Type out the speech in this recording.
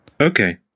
Okay